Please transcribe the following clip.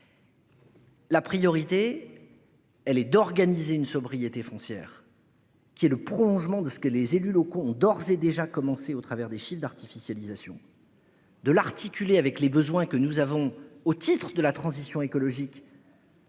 La priorité. Elle est d'organiser une sobriété foncière. Qui est le prolongement de ce que les élus locaux ont d'ores et déjà commencé au travers des chiffres d'artificialisation. De l'articuler avec les besoins que nous avons au titre de la transition écologique.